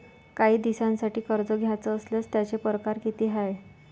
कायी दिसांसाठी कर्ज घ्याचं असल्यास त्यायचे परकार किती हाय?